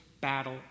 battle